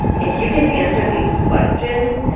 if you can answer these questions,